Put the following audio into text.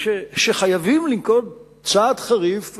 כשחייבים לנקוט צעד חריף,